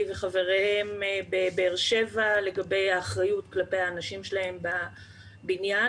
וחבריהם בבאר שבע לגבי האחריות כלפי האנשים שלהם בניין.